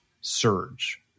surge